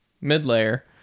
mid-layer